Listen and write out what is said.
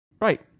Right